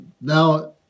Now